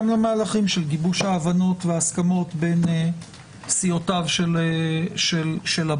למהלכים של גיבוש ההבנות וההסכמות בין סיעותיו של הבית.